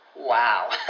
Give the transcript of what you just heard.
Wow